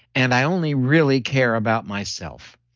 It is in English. and i only really care about myself.